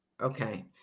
Okay